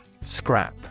Scrap